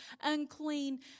unclean